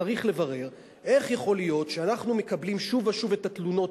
צריך לברר איך יכול להיות שאנחנו מקבלים שוב ושוב את התלונות